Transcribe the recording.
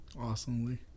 Awesomely